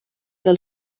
del